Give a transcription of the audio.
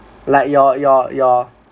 like your your your